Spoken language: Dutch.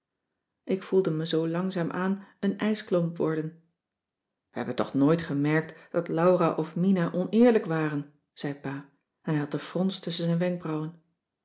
ik voelde me zoo langzaam aan een ijsklomp worden we hebben toch nooit gemerkt dat laura of mina oneerlijk waren zei pa en hij had de frons tusschen zijn wenkbrauwen